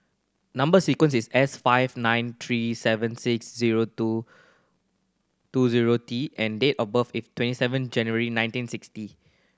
number sequence is S five nine three seven six zero two two zero T and date of birth is twenty seven January nineteen sixty